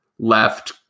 left